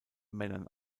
männern